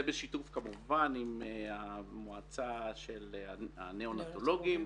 זה כמובן בשיתוף המועצה של הניאונטולוגים.